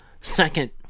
second